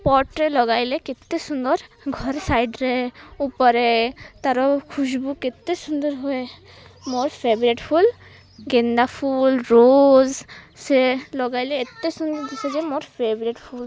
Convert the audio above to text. ପଟ୍ରେ ଲଗାଇଲେ କେତେ ସୁନ୍ଦର ଘରେ ସାଇଡ଼୍ରେ ଉପରେ ତା'ର ଖୁସବୁ କେତେ ସୁନ୍ଦର ହୁଏ ମୋର୍ ଫେଭରେଟ୍ ଫୁଲ ଗେନ୍ଦା ଫୁଲ ରୋଜ୍ ସେ ଲଗାଇଲେ ଏତେ ସୁନ୍ଦର ଦିଶେ ଯେ ମୋର୍ ଫେଭରେଟ୍ ଫୁଲ